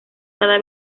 cada